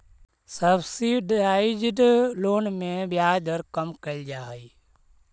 subsidised loan में ब्याज दर कम कैल जा हइ